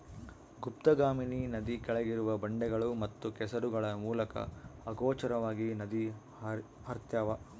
ಗುಪ್ತಗಾಮಿನಿ ನದಿ ಕೆಳಗಿರುವ ಬಂಡೆಗಳು ಮತ್ತು ಕೆಸರುಗಳ ಮೂಲಕ ಅಗೋಚರವಾಗಿ ನದಿ ಹರ್ತ್ಯಾವ